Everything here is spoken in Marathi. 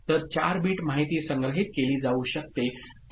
तर 4 बिट माहिती संग्रहित केली जाऊ शकते